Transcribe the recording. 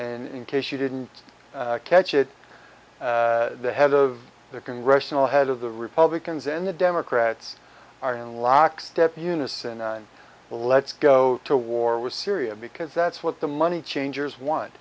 and in case you didn't catch it the head of the congressional head of the republicans and the democrats are in lockstep unison on let's go to war with syria because that's what the money changers want